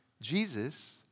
Jesus